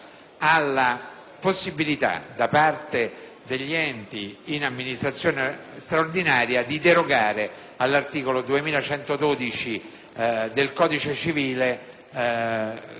della possibilità per le aziende in amministrazione straordinaria di derogare all'articolo 2112 del codice civile